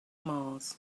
mars